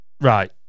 Right